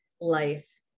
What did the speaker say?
life